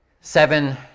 Seven